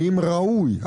האם ראוי,